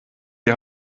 die